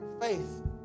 faith